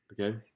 Okay